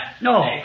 No